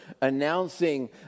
announcing